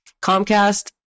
Comcast